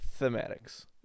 thematics